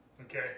Okay